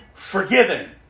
forgiven